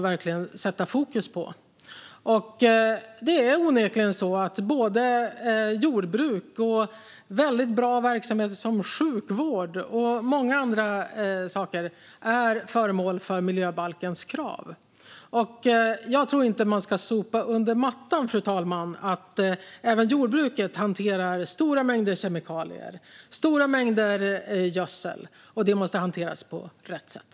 Det är onekligen så att jordbruk och väldigt bra verksamheter som sjukvård och många andra saker är föremål för miljöbalkens krav. Jag tror inte att man ska sopa under mattan, fru talman, att även jordbruket hanterar stora mängder kemikalier och gödsel, och det måste hanteras på rätt sätt.